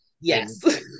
yes